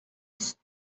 است